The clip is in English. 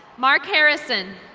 mark harrison.